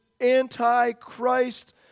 anti-Christ